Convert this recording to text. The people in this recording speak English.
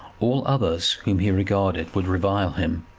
all others whom he regarded would revile him,